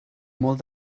molt